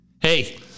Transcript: Hey